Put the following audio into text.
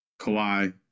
Kawhi